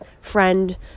Friend